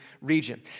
region